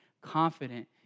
confident